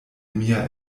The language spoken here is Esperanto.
mia